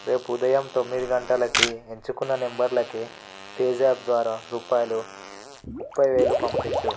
రేపు ఉదయం తొమ్మిది గంటలకి ఎంచుకున్న నంబర్లకి పేజాప్ ద్వారా రూపాయలు ముప్పై వేలు పంపించు